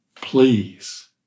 Please